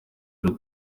uru